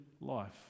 life